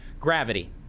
gravity